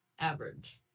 Average